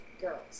girls